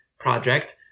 project